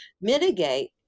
mitigate